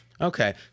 Okay